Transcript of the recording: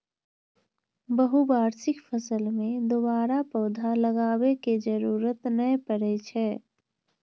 बहुवार्षिक फसल मे दोबारा पौधा लगाबै के जरूरत नै पड़ै छै